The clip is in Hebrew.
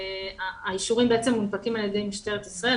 האישורים מונפקים על ידי משטרת ישראל,